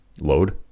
load